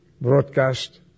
broadcast